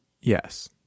Yes